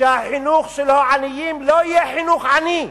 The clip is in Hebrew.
שהחינוך של העניים לא יהיה חינוך עני,